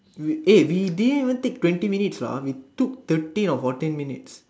we eh we didn't even take twenty minutes lah we took thirteen or fourteen minutes